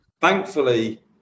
thankfully